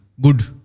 good